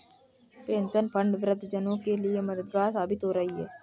pension fund वृद्ध जनों के लिए मददगार साबित हो रही है